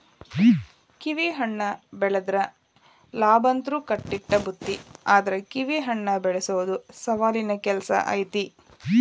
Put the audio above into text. ಕಿವಿಹಣ್ಣ ಬೆಳದ್ರ ಲಾಭಂತ್ರು ಕಟ್ಟಿಟ್ಟ ಬುತ್ತಿ ಆದ್ರ ಕಿವಿಹಣ್ಣ ಬೆಳಸೊದು ಸವಾಲಿನ ಕೆಲ್ಸ ಐತಿ